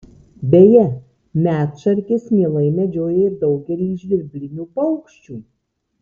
beje medšarkės mielai medžioja ir daugelį žvirblinių paukščių